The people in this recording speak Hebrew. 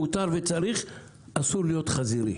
מותר וצריך אבל אסור להיות חזירי.